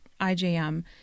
IJM